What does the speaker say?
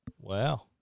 Wow